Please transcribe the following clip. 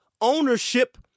ownership